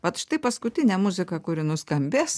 vat štai paskutinė muzika kuri nuskambės